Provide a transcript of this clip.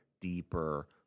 deeper